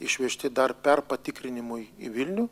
išvežti dar perpatikrinimui į vilnių